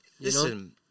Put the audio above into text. Listen